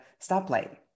stoplight